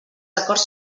acords